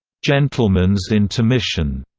gentleman's intermission,